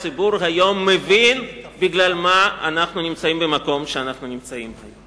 הציבור מבין בגלל מה אנחנו נמצאים היום במקום שאנחנו נמצאים בו.